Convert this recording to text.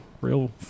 Real